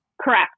Correct